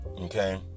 Okay